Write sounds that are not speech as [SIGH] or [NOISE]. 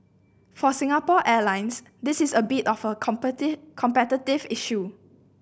for Singapore Airlines this is a bit of a [UNINTELLIGIBLE] competitive issue